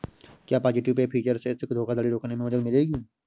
क्या positive pay feature से cheque धोखाधड़ी रोकने में मदद मिलेगी?